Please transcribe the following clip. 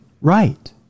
right